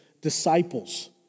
disciples